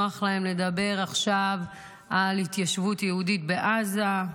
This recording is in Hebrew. נוח להם לדבר עכשיו על התיישבות יהודית בעזה.